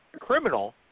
criminal